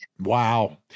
Wow